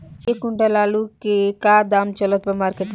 एक क्विंटल आलू के का दाम चलत बा मार्केट मे?